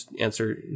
answer